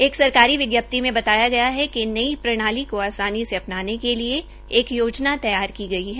एक सरकारी विज्ञप्ति में बताया गया है कि नई प्रणाली को आसानी से अपनाने के लिये एक योजना तैयार की गई है